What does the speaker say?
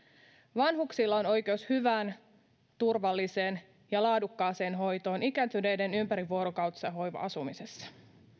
vanhuksilla on oikeus hyvään turvalliseen ja laadukkaaseen hoitoon ikääntyneiden ympärivuorokautisessa hoiva asumisessa